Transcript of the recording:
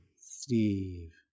Steve